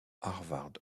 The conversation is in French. harvard